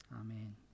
Amen